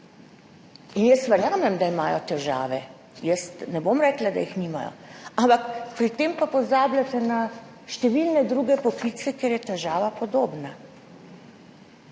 Jaz verjamem, da imajo težave, jaz ne bom rekla, da jih nimajo, ampak pri tem pa pozabljate na številne druge poklice, kjer je težava podobna,